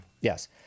Yes